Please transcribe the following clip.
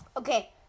Okay